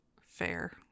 fair